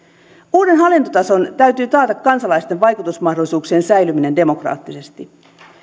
uuden hallintotason täytyy taata kansalaisten vaikutusmahdollisuuksien säilyminen demokraattisesti